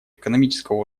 экономического